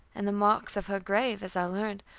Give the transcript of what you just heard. and the marks of her grave, as i learned,